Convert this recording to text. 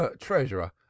treasurer